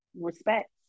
respect